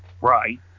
Right